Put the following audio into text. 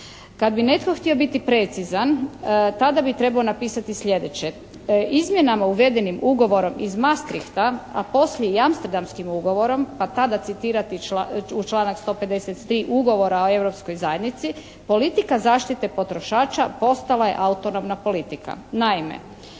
Kad bi netko htio biti precizan tada bi trebao napisati slijedeće. Izmjenama uvedenim ugovorom iz Maastrichta, a poslije i Amsterdamskim ugovorom, pa tada citirati u članak 153. Ugovora o Europskoj zajednici politika zaštite potrošača postala je autonomna politika. Naime,